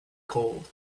cold